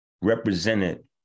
represented